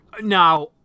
Now